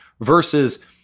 versus